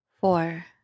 Four